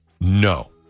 No